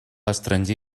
estranger